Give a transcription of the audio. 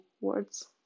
words